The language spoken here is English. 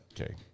Okay